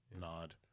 nod